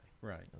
Right